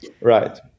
Right